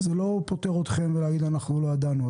זה לא פותר אתכם מלהגיד: אנחנו לא ידענו.